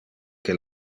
que